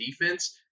defense